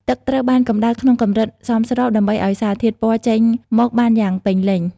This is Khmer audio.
ទឹកត្រូវបានកម្តៅក្នុងកម្រិតសមស្របដើម្បីឱ្យសារធាតុពណ៌ចេញមកបានយ៉ាងពេញលេញ។